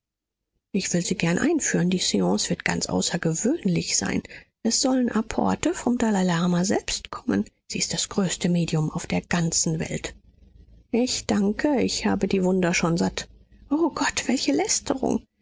ich will sie gern einführen die seance wird ganz außergewöhnlich sein es sollen apporte vom dalai lama selbst kommen sie ist das größte medium auf der ganzen welt ich danke ich habe die wunder schon satt o gott welche lästerung